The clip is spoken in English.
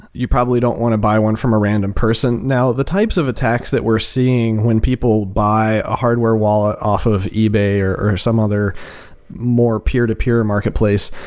you probably don't want to buy one from a random person. now, the types of attacks that we're seeing when people buy a hardware wallet off of ebay or or some other more peer-to-peer and marketplace,